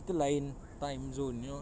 kita lain time zone you know